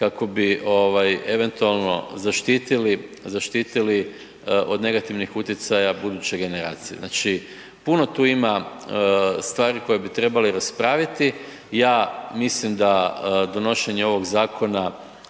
kako bi eventualno zaštitili od negativnih utjecaja buduće generacije. Znači, puno tu ima stvari koje bi trebali raspraviti. Ja mislim da donošenje ovog zakona,